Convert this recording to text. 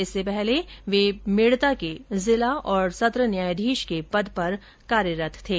इससे पहले वे मेडता के जिला और सत्र न्यायाधीश पद पर कार्यरत थे